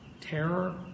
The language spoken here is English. Terror